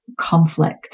conflict